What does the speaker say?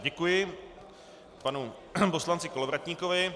Děkuji panu poslanci Kolovratníkovi.